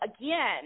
again